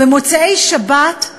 במוצאי-שבת,